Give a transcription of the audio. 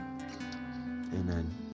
amen